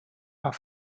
are